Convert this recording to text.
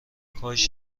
کاش